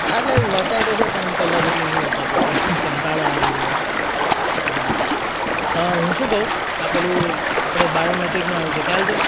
હા એટલે વંચાય તો છે પણ પહેલાં જેટલું નથી વંચાતું હવે કંટાળો આવે છે યાર હં હું શું કહું આ પેલું આપણે બાયોમેટ્રિકનું આવ્યું છે ખ્યાલ છે